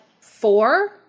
four